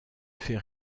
fait